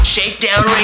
Shakedown